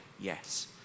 yes